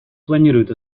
планирует